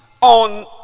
on